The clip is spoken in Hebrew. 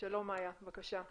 בקשיים